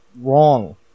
wrong